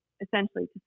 essentially